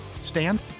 stand